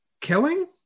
killing